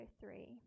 three